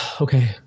Okay